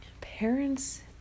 parents